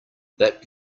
that